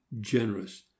generous